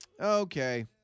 Okay